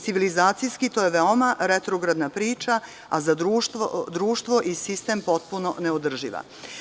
Civilizacijski, to je veoma retrogradna priča, a za društvo i sistem potpuno neodrživa.